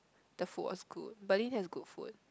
the food was good Berlin has good food